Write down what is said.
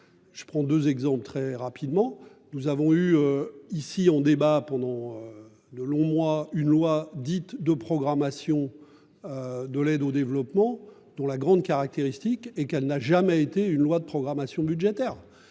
Je prends 2 exemples très rapidement, nous avons eu ici, on débat pendant. De longs mois, une loi dite de programmation. De l'aide au développement, dont la grande caractéristique et qu'elle n'a jamais été une loi de programmation budgétaire.